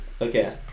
okay